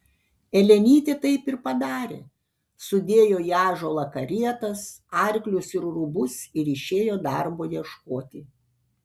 elenytė taip ir padarė sudėjo į ąžuolą karietas arklius ir rūbus ir išėjo darbo ieškoti